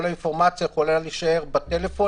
כל האינפורמציה יכולה להישאר בטלפון,